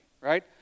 right